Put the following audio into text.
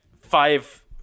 five